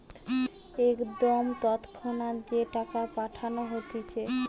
একদম তৎক্ষণাৎ যে টাকা পাঠানো হতিছে